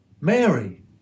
Mary